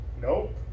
Nope